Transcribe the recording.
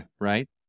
right